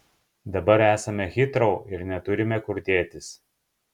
dabar esame hitrou ir neturime kur dėtis